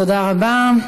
תודה רבה.